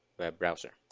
web browser